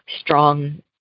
strong